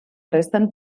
resten